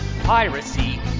piracy